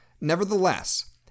Nevertheless